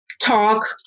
talk